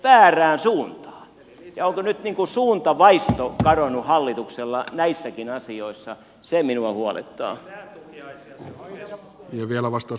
onko nyt suuntavaisto kadonnut hallituksella näissäkin asioissa se minua huolettaa se ei ole hyviä lavastus